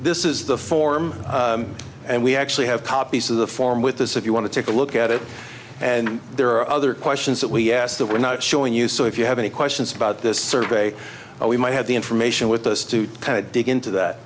this is the form and we actually have copies of the form with this if you want to take a look at it and there are other questions that we asked that we're not showing you so if you have any questions about this survey we might have the information with us to dig into that